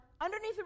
underneath